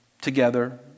together